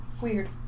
Weird